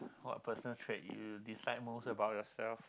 what personal trait do you dislike most about yourself